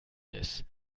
ist